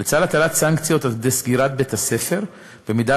לצד הטלת סנקציות עד כדי סגירת בית-הספר במידה